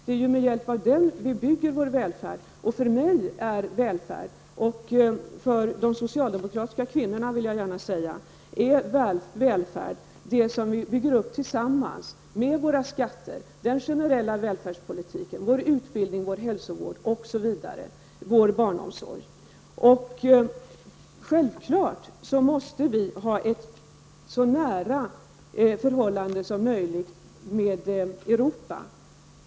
Det är med hjälp av den vi bygger vår välfärd. För mig och de socialdemokratiska kvinnorna utgörs välfärden av det som vi bygger upp tillsammans med våra skatter, den generella välfärdspolitiken, vår utbildning, hälsovård, barnomsorg osv. Självfallet måste vi ha ett så nära förhållande som möjligt till Europa.